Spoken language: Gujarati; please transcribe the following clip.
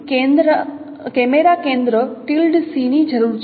આપણને કેમેરા કેન્દ્ર ની જરૂર છે